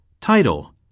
Title